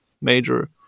major